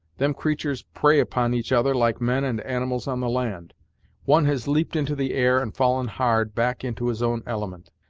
them creatur's prey upon each other like men and animals on the land one has leaped into the air and fallen hard, back into his own element.